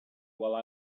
while